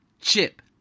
chip